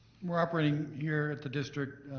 we're operating here at the district